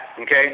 okay